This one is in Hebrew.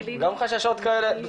גם חששות כאלה,